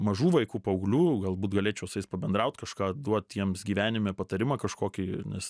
mažų vaikų paauglių galbūt galėčiau su jais pabendraut kažką duot jiems gyvenime patarimą kažkokį nes